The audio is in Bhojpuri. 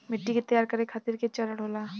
मिट्टी के तैयार करें खातिर के चरण होला?